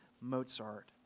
Mozart